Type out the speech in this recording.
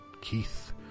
Keith